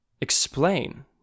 explain